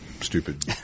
stupid